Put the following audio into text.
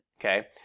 Okay